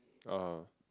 oh